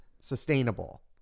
sustainable